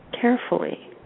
carefully